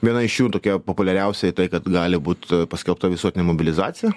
viena iš jų tokia populiariausia tai kad gali būt paskelbta visuotinė mobilizacija